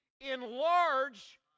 Enlarge